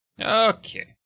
Okay